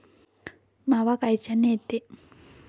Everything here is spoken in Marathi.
मावा कायच्यानं येते?